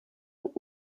und